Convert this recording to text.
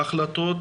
להחלטות רבות,